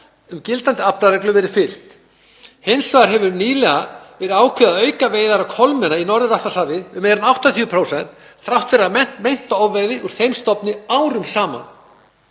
og gildandi aflareglu verið fylgt. Hins vegar hefur nýlega verið ákveðið að auka veiðar á kolmunna á Norður-Atlantshafi um meira en 80% þrátt fyrir meinta ofveiði úr þeim stofni árum saman.